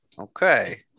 Okay